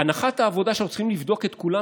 הנחת העבודה שאנחנו צריכים לבדוק את כולם,